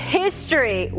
history